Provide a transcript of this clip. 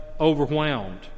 overwhelmed